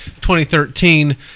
2013